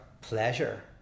pleasure